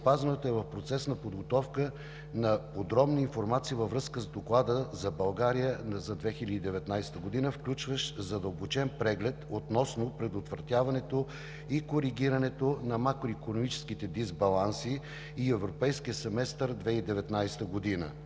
здравеопазването е в процес на подготовка на подробна информация във връзка с Доклада за България за 2019 г., включващ задълбочен преглед относно предотвратяването и коригирането на макроикономическите дисбаланси и Европейския семестър за 2019 г.;